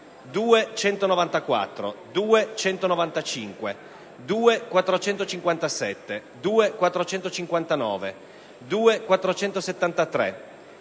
2.194, 2.195, 2.457, 2.459, 2.473,